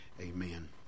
amen